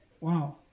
Wow